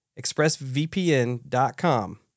expressvpn.com